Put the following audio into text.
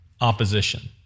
opposition